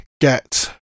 get